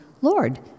Lord